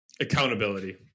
accountability